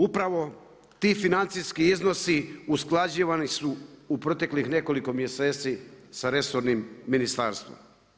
Upravo ti financijski iznosi usklađivani su u proteklih nekoliko mjeseci sa resornim ministarstvom.